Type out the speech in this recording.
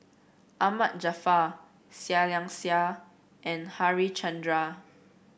Ahmad Jaafar Seah Liang Seah and Harichandra